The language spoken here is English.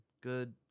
Good